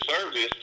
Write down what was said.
service